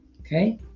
okay